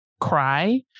cry